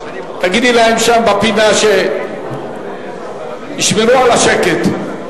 תגידי להם שם בפינה שישמרו על השקט.